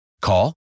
Call